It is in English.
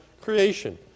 creation